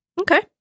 Okay